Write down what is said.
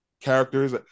characters